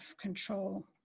control